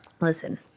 Listen